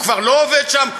הוא כבר לא עובד שם?